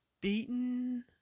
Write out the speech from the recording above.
beaten